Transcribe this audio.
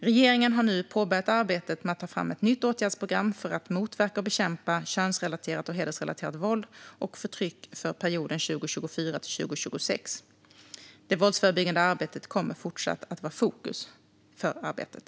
Regeringen har nu påbörjat arbetet med att ta fram ett nytt åtgärdsprogram för att motverka och bekämpa könsrelaterat och hedersrelaterat våld och förtryck för perioden 2024-2026. Det våldsförebyggande arbetet kommer fortsatt att vara i fokus för arbetet.